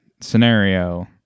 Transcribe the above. scenario